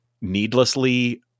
needlessly